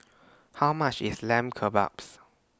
How much IS Lamb Kebabs